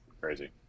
crazy